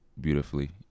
beautifully